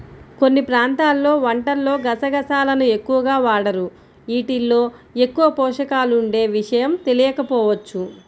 కొన్ని ప్రాంతాల్లో వంటల్లో గసగసాలను ఎక్కువగా వాడరు, యీటిల్లో ఎక్కువ పోషకాలుండే విషయం తెలియకపోవచ్చు